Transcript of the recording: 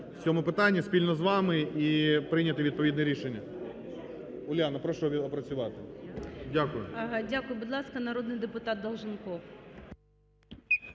в цьому питанні спільно з вами і прийняти відповідне рішення. Уляно, прошу опрацювати. Дякую. ГОЛОВУЮЧИЙ. Дякую. Будь ласка, народний депутат Долженков.